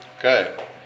Okay